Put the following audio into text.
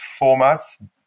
formats